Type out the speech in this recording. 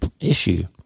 issue